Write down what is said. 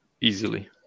easily